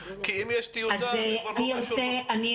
כי אם יש טיוטה אז זה כבר לא קשור --- ברשותך,